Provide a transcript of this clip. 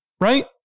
right